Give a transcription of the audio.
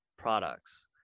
products